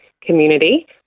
community